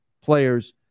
players